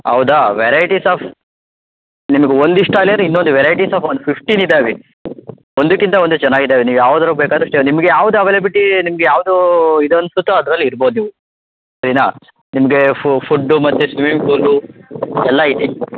ಹೌದಾ varieties of ನಿಮ್ಗೆ ಒಂದಿಷ್ಟ ಆಲೇರೆ ಇನ್ನೊಂದು ವೆರೈಟಿಸ್ ಆಫ್ ಒಂದು ಫಿಫ್ಟೀನ್ ಇದ್ದಾವೆ ಒಂದಕ್ಕಿಂತ ಒಂದು ಚೆನ್ನಾಗಿದಾವೆ ನೀವು ಯಾವ್ದ್ರಲ್ಲಿ ಬೇಕಾದರೂ ಸ್ಟೇ ನಿಮ್ಗೆ ಯಾವ್ದು ಅವೈಲೇಬಿಟಿ ನಿಮ್ಗೆ ಯಾವುದೂ ಇದು ಅನಿಸುತ್ತೋ ಅದ್ರಲ್ಲಿ ಇರ್ಬೋದು ನೀವು ಸರೀನಾ ನಿಮಗೆ ಫು ಫುಡ್ಡು ಮತ್ತು ಸ್ವಿಮಿಂಗ್ ಪೂಲೂ ಎಲ್ಲ ಐತಿ